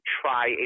try